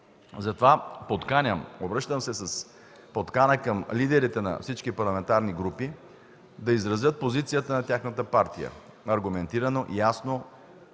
Затова се обръщам с подкана към лидерите на всички парламентарни групи да изразят позицията на тяхната партия аргументирано, ясно,